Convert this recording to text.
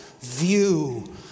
view